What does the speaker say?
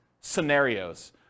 scenarios